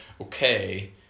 okay